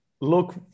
look